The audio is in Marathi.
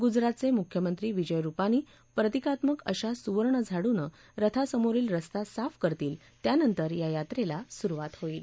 गुजरातचे मुख्यमंत्री विजय रुपानी प्रतीकात्मक अशा सुवर्ण झाडूनं रथासमोरील रस्ता साफ करतील त्यानंतर या यात्रेला सुरुवात होईल